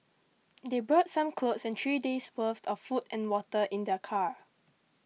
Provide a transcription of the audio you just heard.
they brought some clothes and three days' worth of food and water in their car